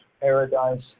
paradise